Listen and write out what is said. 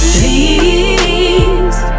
Please